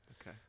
Okay